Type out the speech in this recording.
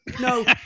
No